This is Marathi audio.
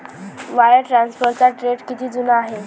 वायर ट्रान्सफरचा ट्रेंड किती जुना आहे?